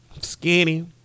Skinny